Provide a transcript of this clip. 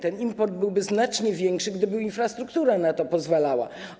Ten import byłby znacznie większy, gdyby infrastruktura na to pozwalała.